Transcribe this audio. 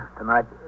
tonight